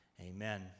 Amen